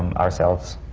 ourselves